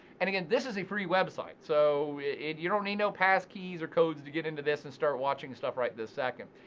and again, this is a free website, so you don't need no passkeys codes to get into this and start watching stuff right this second.